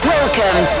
Welcome